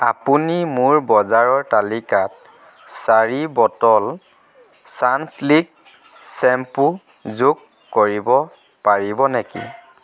আপুনি মোৰ বজাৰৰ তালিকাত চাৰি বটল ছানছিল্ক শ্বেম্পু যোগ কৰিব পাৰিব নেকি